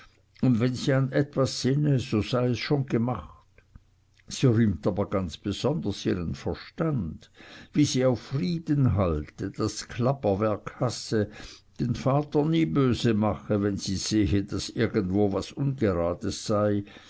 und wenn sie an etwas sinne so sei es schon gemacht sie rühmt aber ganz besonders ihren verstand wie sie auf frieden halte das klapperwerk hasse den vater nie böse mache und wenn sie sehe daß irgendwo was ungerades sei